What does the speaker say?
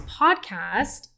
podcast